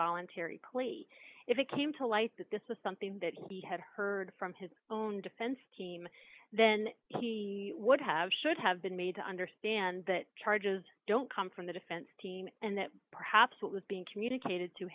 voluntary plea if it came to light that this was something that he had heard from his own defense team then he would have should have been made to understand that charges don't come from the defense team and that perhaps what was being communicated to